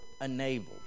enabled